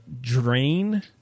Drain